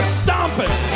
stomping